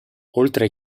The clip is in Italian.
oltre